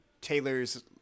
Taylor's